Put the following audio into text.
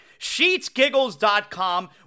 SheetsGiggles.com